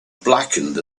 blackened